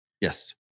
Yes